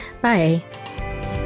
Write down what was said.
Bye